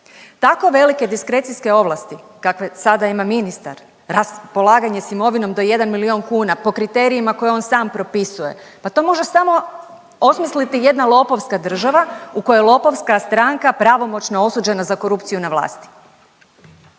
Tako velike diskrecijske ovlasti kakve sada ima ministar, raspolaganje s imovinom do 1 milijun kuna po kriterijima koje on sam propisuje, pa to može samo osmisliti jedna lopovska država u kojoj lopovska stranka, pravomoćno osuđena za korupciju na vlasti.